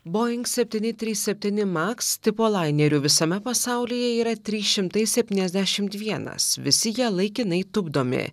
boing septyni trys septyni maks tipo lainerių visame pasaulyje yra trys šimtai septyniasdešim vienas visi jie laikinai tupdomi